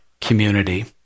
community